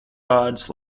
vārdus